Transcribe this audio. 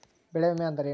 ಬೆಳೆ ವಿಮೆ ಅಂದರೇನು?